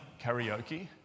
karaoke